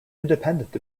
independent